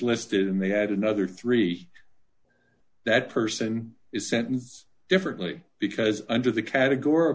listed and they have another three that person is sentence differently because under the categor